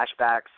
flashbacks